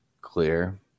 clear